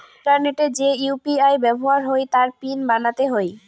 ইন্টারনেটে যে ইউ.পি.আই ব্যাবহার হই তার পিন বানাতে হই